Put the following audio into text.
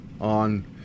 on